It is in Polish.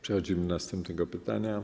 Przechodzimy do następnego pytania.